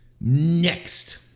Next